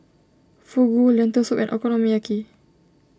Fugu Lentil Soup and Okonomiyaki